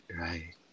Right